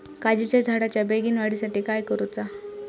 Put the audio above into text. काजीच्या झाडाच्या बेगीन वाढी साठी काय करूचा?